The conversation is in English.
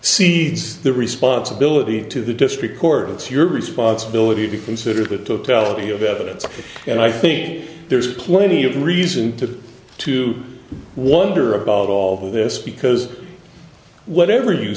seeds the responsibility to the district court it's your responsibility to consider that totality of evidence and i think there's plenty of reason to to wonder about all this because whatever you